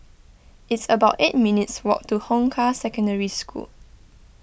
it's about eight minutes' walk to Hong Kah Secondary School